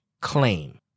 claim